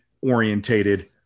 orientated